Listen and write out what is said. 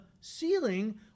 ceiling